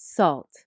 Salt